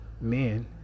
men